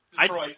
Detroit